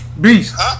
beast